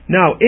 now